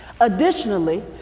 Additionally